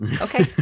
Okay